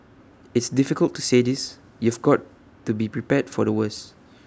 it's difficult to say this you've got to be prepared for the worst